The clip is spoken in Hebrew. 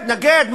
מתנגד.